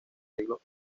siglos